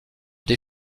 des